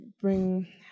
bring